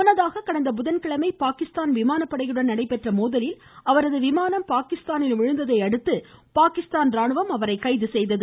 முன்னதாக கடந்த புதன்கிழமை பாகிஸ்தான் விமானப்படையுடன் நடைபெற்ற மோதலில் அவரது விமானம் பாகிஸ்தாவில் விழுந்ததை அடுத்து பாகிஸ்தான் ராணுவம் அவரை கைது செய்தது